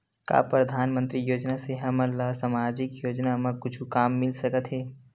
का परधानमंतरी योजना से हमन ला सामजिक योजना मा कुछु काम मिल सकत हे?